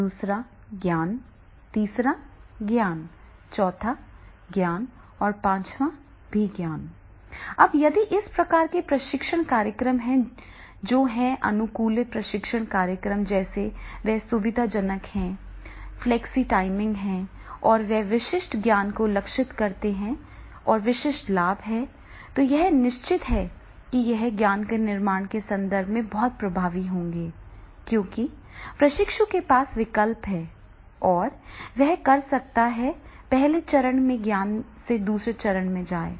1 ज्ञान 2 ज्ञान 3 ज्ञान 4 और ज्ञान 5 अब यदि इस प्रकार के प्रशिक्षण कार्यक्रम हैं जो हैं अनुकूलित प्रशिक्षण कार्यक्रम जैसे वे सुविधाजनक हैं फ्लेक्सी टाइमिंग है और वे विशिष्ट ज्ञान को लक्षित करते हैं और विशिष्ट लाभ है तो यह निश्चित है कि यह ज्ञान के निर्माण के संदर्भ में बहुत प्रभावी होगा क्योंकि प्रशिक्षु के पास विकल्प है और वह कर सकता है पहले चरण में ज्ञान से दूसरे चरण में जाएँ